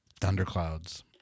thunderclouds